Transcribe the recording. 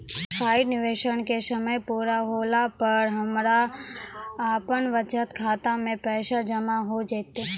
Deposit निवेश के समय पूरा होला पर हमरा आपनौ बचत खाता मे पैसा जमा होय जैतै?